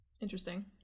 interesting